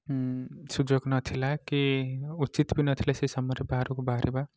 ହୁଁ ସୁଯୋଗ ନଥିଲା କି ଉଚିତ ବି ନଥିଲା ସେ ସମୟରେ ବାହାରକୁ ବାହାରିବା